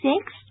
six